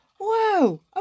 whoa